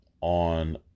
on